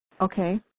okay